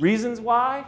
reasons why